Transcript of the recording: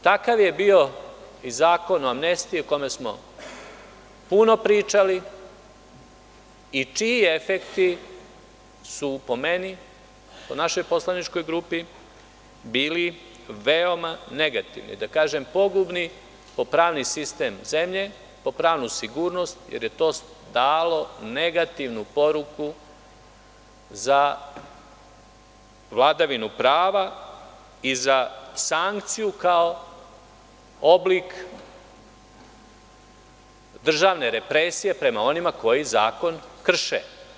Takav je bio i Zakon o amnestiji, o kome smo puno pričali i čiji efekti su, po meni, po našoj poslaničkoj grupi, bili veoma negativni, da kažem, pogubni po pravni sistem zemlje, po pravnu sigurnost, jer je to dalo negativnu poruku za vladavinu prava i za sankciju kao oblik državne represije prema onima koji zakon krše.